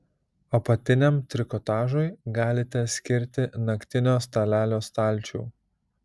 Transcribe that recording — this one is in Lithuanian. apatiniam trikotažui galite skirti naktinio stalelio stalčių